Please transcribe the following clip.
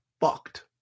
fucked